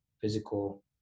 physical